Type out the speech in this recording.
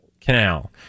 canal